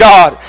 God